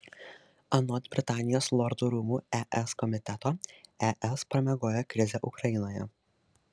anot britanijos lordų rūmų es komiteto es pramiegojo krizę ukrainoje